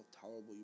tolerable